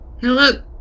look